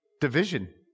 Division